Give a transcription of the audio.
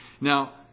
Now